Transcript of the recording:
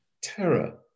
terror